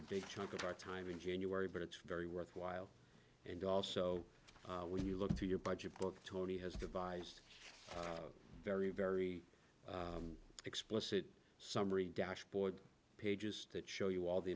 a big chunk of our time in january but it's very worthwhile and also when you look through your budget book tony has devised very very explicit summary dashboard pages that show you all the